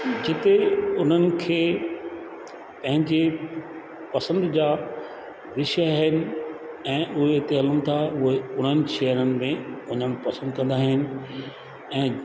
जिते उन्हनि खे पंहिंजे पसंदि जा विषय आहिनि ऐं उहे हिते हलनि था उहे उन्हनि शहरनि में उन में पसंदि कंदा आहिनि ऐं